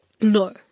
No